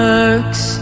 Works